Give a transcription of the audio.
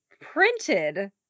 printed